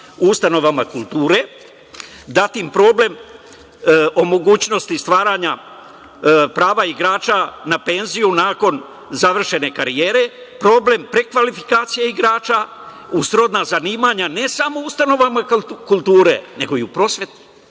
u ustanovama kulture, zatim problem o mogućnosti stvaranja prava igrača na penziju nakon završene karijere, problem prekvalifikacije igrača u srodna zanimanja ne samo u ustanovama kulture, nego i u prosveti.